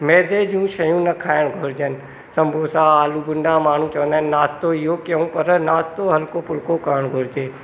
मैदे जूं शयूं न खाइण घुरिजनि संबोसा आलू बुंडा माण्हू चवंदा आहिनि नास्तो इहो कयूं पर नास्तो हलको फुलक करणु घुरिजे